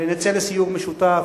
נצא לסיור משותף,